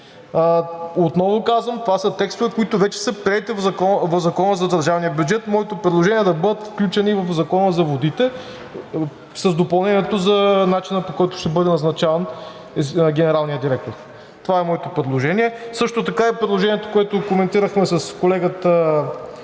Отново казвам, това са текстове, които вече са приети в Закона за държавния бюджет. Моето предложение е да бъдат включени в Закона за водите с допълнението за начина, по който ще бъде назначаван генералният директор. Това е моето предложение. Също така и предложението, което коментирахме с колегата